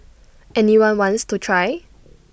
any one wants to try